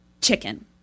chicken